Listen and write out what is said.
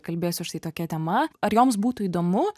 kalbėsiu štai tokia tema ar joms būtų įdomu